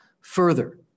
Further